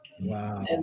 Wow